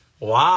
Wow